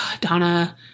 Donna